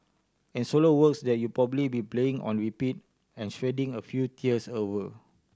and solo works that you'll probably be playing on repeat and shedding a few tears over